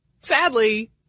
Sadly